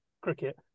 cricket